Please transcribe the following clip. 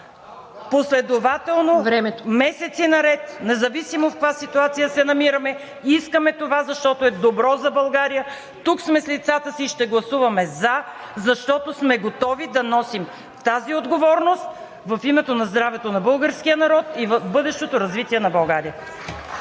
Последователно, месеци наред, независимо в каква ситуация се намираме, искаме това, защото е добро за България. Тук сме с лицата си и ще гласуваме за, защото сме готови да носим тази отговорност в името на здравето на българския народ и бъдещото развитие на България.